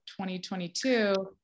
2022